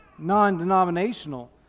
non-denominational